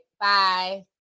Bye